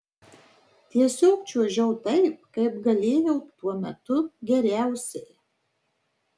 tiesiog čiuožiau taip kaip galėjau tuo metu geriausiai